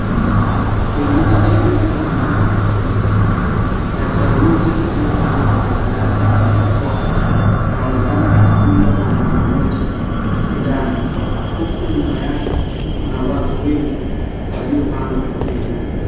Kwenye eneo linaloonekana kukauka, daktari mmoja liyeonekana kuvalia mavazi rasmi na barakoa anaonekana akidunga mwanaume mmoja sindano huku nyuma yake, kuna watu wengi waliopanga foleni.